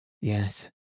Yes